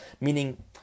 Meaning